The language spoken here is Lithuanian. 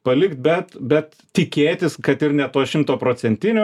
palikt bet tikėtis kad ir ne to šimtoprocentinio bet kažkokio tikrai